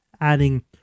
adding